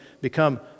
become